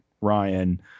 Ryan